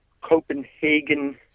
Copenhagen